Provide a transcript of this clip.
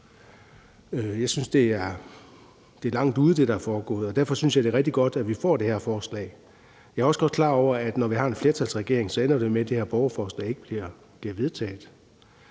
Jeg synes, det, der er foregået, er langt ude, og derfor synes jeg, det er rigtig godt, at vi får det her forslag. Jeg er også godt klar over, at når vi har en flertalsregering, ender det jo med, at det her borgerforslag ikke bliver vedtaget.